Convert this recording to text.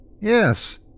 Yes